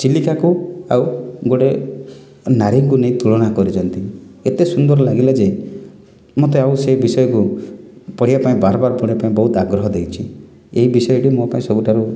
ଚିଲିକାକୁ ଆଉ ଗୋଟେ ନାରୀଙ୍କୁ ନେଇ ତୁଳନା କରିଚନ୍ତି ଏତେ ସୁନ୍ଦର ଲାଗିଲା ଯେ ମୋତେ ଆଉ ସେ ବିଷୟକୁ ପଢ଼ିବା ପାଇଁ ବାର୍ ବାର୍ ପଢ଼ିବା ପାଇଁ ବହୁତ ଆଗ୍ରହ ଦେଇଛି ଏହି ବିଷୟଟି ମୋ ପାଇଁ ସବୁଠାରୁ